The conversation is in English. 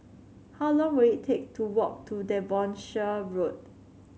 how long will it take to walk to Devonshire Road